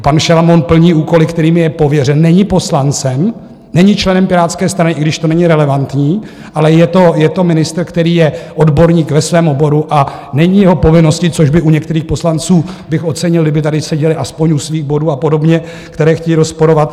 Pan Šalomoun plní úkoly, kterými je pověřen, není poslancem, není členem Pirátské strany, i když to není relevantní, ale je to ministr, který je odborník ve svém oboru, a není jeho povinností což bych u některých poslanců ocenil, kdyby tady seděli aspoň u svých bodů a podobně, které chtějí rozporovat.